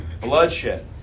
Bloodshed